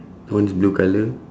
one is blue colour